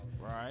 Right